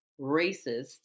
racist